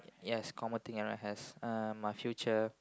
yes common thing everyone has uh my future